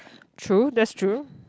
true that's true